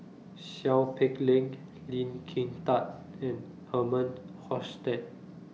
Seow Peck Leng Lee Kin Tat and Herman Hochstadt